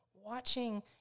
Watching